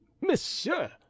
monsieur